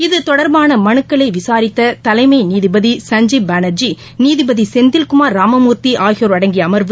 இதுதொடர்பானமனுக்களைவிசாரித்ததலைமைநீதிபதி சஞ்ஜீப் பானர்ஜி நீதிபதிசெந்தில்குமார் ராமமூர்த்திஆகியோர் அடங்கியஅமர்வு